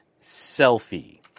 selfie